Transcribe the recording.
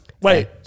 Wait